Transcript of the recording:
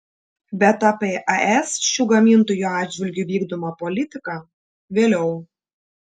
bet apie es šių gamintojų atžvilgiu vykdomą politiką vėliau